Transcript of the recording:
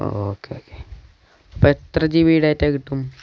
okay okay അപ്പം എത്ര G B data കിട്ടും